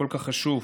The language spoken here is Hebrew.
הכל-כך חשוב,